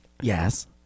yes